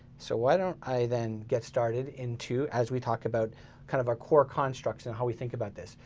so why don't i then get started into as we talk about kind of our core constructs and how we think about this.